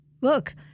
Look